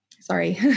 Sorry